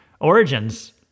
origins